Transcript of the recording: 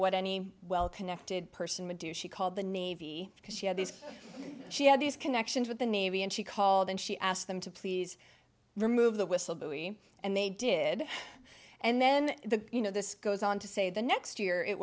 what any well connected person would do she called the navy because she had these she had these connections with the navy and she called and she asked them to please remove the whistle buoy and they did and then the you know this goes on to say the next year it